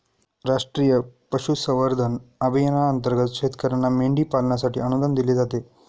राष्ट्रीय पशुसंवर्धन अभियानांतर्गत शेतकर्यांना मेंढी पालनासाठी अनुदान दिले जाते